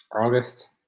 August